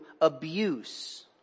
abuse